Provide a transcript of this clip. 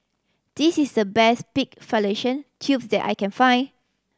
this is the best pig fallopian tubes that I can find